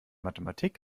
mathematik